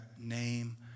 name